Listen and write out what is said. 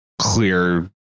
clear